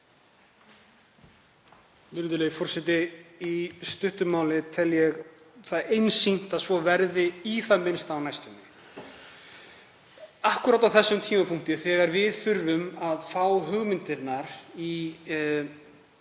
Virðulegi forseti. Í stuttu máli tel ég einsýnt að svo verði í það minnsta á næstunni. Akkúrat á þessum tímapunkti, þegar við þurfum að fá hugmyndir í